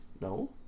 No